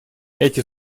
эти